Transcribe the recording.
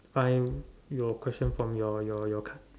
find your question from your your your card